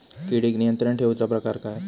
किडिक नियंत्रण ठेवुचा प्रकार काय?